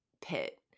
pit